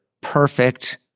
perfect